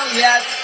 yes